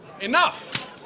Enough